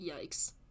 Yikes